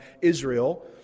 Israel